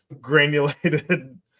granulated